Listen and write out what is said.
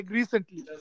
recently